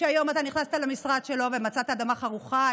שהיום אתה נכנסת למשרד שלו ומצאת אדמה חרוכה,